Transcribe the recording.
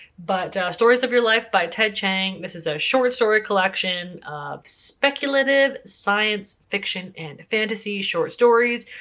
but stories of your life by ted chiang, this is a short story collection of speculative, science fiction and fantasy short stories.